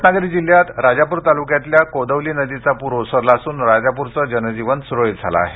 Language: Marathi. रत्नागिरी जिल्ह्यात राजापूर तालुक्यातल्या कोदवली नदीचा पूर ओसरला असून राजापूरचं जनजीवन सुरळीत झालं आहे